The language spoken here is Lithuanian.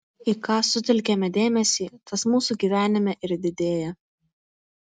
į ką sutelkiame dėmesį tas mūsų gyvenime ir didėja